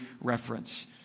reference